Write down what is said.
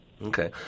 Okay